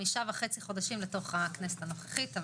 חמישה וחצי חודשים לתוך הכנסת הנוכחית,